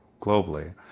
globally